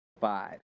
Five